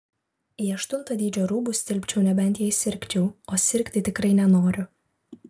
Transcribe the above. į aštunto dydžio rūbus tilpčiau nebent jei sirgčiau o sirgti tikrai nenoriu